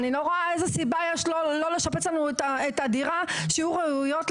לסדר-היום: "ההזנחה מתמדת של דירות הדיור הציבורי